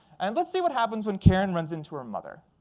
and let's see what happens when karen runs into her mother.